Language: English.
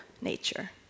nature